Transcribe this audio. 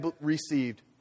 received